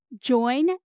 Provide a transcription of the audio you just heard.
Join